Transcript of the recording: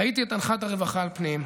ראיתי את אנחת הרווחה על פניהם.